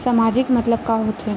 सामाजिक मतलब का होथे?